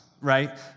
right